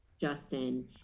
Justin